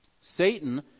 Satan